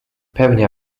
pełnia